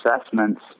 assessments